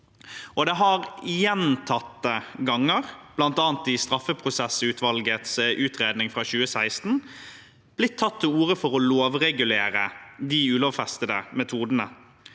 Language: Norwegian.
Det har gjentatte ganger, bl.a. i straffeprosessutvalgets utredning fra 2016, blitt tatt til orde for å lovregulere de ulovfestede metodene.